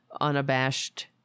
unabashed